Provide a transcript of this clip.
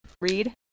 read